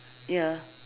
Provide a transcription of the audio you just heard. ya